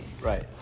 Right